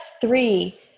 three